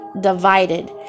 divided